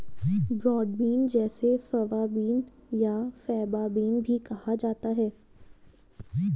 broad bean जिसे fava bean या faba bean भी कहा जाता है